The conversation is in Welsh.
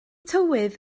tywydd